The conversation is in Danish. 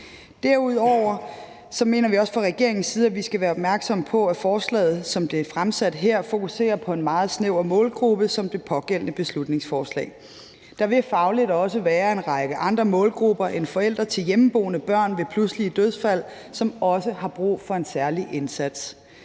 Derudover mener vi også fra regeringens side, at vi skal være opmærksomme på, at det pågældende beslutningsforslag, som det er fremsat her, fokuserer på en meget snæver målgruppe. Der vil fagligt også være en række andre målgrupper end forældre til hjemmeboende børn ved pludselige dødsfald, som også har brug for en særlig indsats.